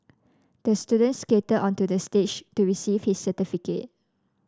the student skated onto the stage to receive his certificate